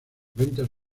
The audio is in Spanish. ventas